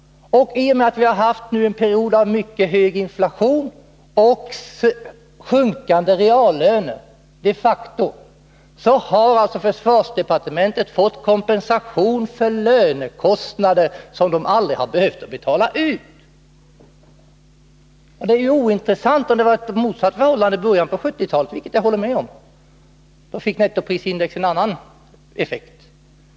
Och i och med att vi haft en period med mycket hög inflation och sjunkande reallöner har försvaret fått en lönekostnadskompensation för sådant som aldrig behövt betalas ut. Det är ointressant om förhållandet varit det motsatta i början av 1970-talet, vilket jag håller med om — då blev det en annan effekt med nettoprisindex.